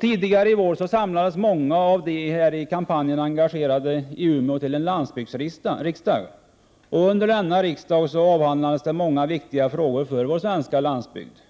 Tidigare i vår samlades många av de i kampanjen engagerade till en landsbygdsriksdag i Umeå. Under denna riksdag avhandlades många för vår svenska landsbygd viktiga